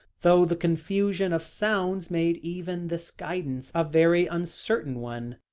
though the confusion of sounds made even this guidance a very uncertain one.